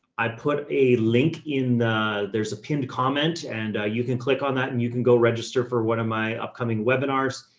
i put a link in a, there's a pin to comment, and you can click on that and you can go register for one of my upcoming webinars.